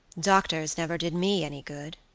doctors never did me any good,